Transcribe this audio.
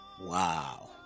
Wow